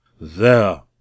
There